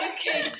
Okay